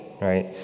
right